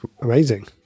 amazing